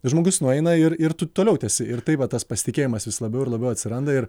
žmogus nueina ir ir tu toliau tęsi ir tai va tas pasitikėjimas vis labiau ir labiau atsiranda ir